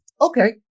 Okay